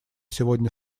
сегодня